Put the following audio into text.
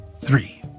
Three